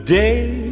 day